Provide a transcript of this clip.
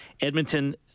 edmonton